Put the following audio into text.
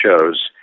shows